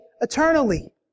eternally